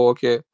Okay